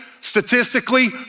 statistically